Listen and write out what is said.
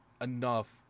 enough